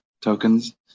tokens